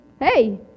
hey